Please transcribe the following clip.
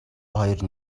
хоёр